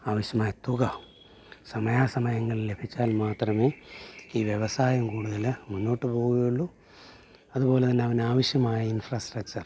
ആവശ്യമായ തുക സമയാ സമയങ്ങൾ ലഭിച്ചാൽ മാത്രമേ ഈ വ്യവസായം കൂടുതൽ മുന്നോട്ട് പോവുകയുള്ളൂ അതുപോലെ തന്നെ അവന് ആവശ്യമായ ഇൻഫ്രാസ്ട്രക്ച്ചർ